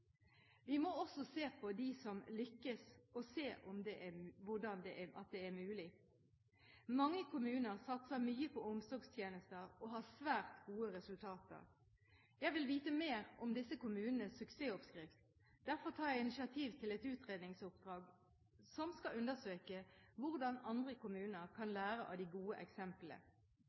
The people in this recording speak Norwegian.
Vi må også se på de som lykkes, og se at det er mulig. Mange kommuner satser mye på omsorgstjenester og har svært gode resultater. Jeg vil vite mer om disse kommunenes suksessoppskrift. Derfor tar jeg initiativ til et utredningsoppdrag hvor man skal undersøke hvordan andre kommuner kan lære av de gode eksemplene.